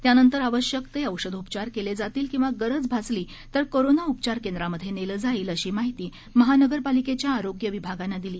त्यानंतर आवश्यक ते औषधोपचार केले जातील किंवा गरज भासली तर कोरोना उपचार केंद्रामध्ये नेलं जाईल अशी माहितीमहानगरपालिकेच्या आरोग्य विभागानं दिली